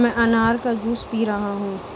मैं अनार का जूस पी रहा हूँ